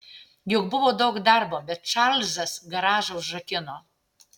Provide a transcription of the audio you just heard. juk buvo daug darbo bet čarlzas garažą užrakino